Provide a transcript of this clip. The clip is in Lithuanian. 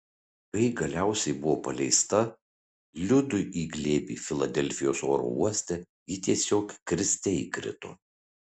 kai galiausiai buvo paleista liudui į glėbį filadelfijos oro uoste ji tiesiog kriste įkrito